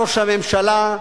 ראש הממשלה,